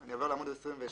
אני עובר לעמ' 26,